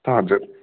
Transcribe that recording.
हजुर